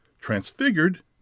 Transfigured